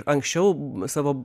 anksčiau savo